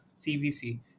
cvc